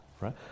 right